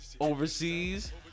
overseas